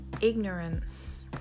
ignorance